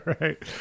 right